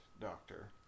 Doctor